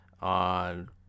on